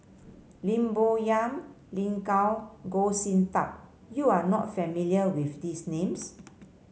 Lim Bo Yam Lin Gao and Goh Sin Tub you are not familiar with these names